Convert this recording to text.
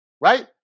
right